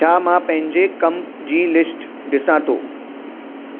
छा मां पंहिंजे कम जी लिस्ट ॾिसां थो